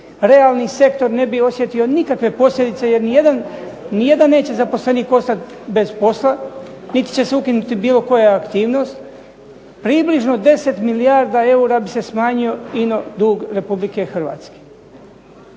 realni sektor ne bi osjetio nikakve posljedice jer ni jedan neće zaposlenik ostati bez posla niti će se ukinuti bilo koja aktivnost. Približno 10 milijarda eura bi se smanjio ino dug Republike Hrvatske.